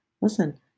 listen